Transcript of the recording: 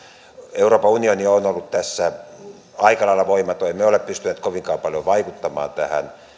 euroopan unioni on ollut tässä aika lailla voimaton emme ole pystyneet kovinkaan paljon vaikuttamaan tähän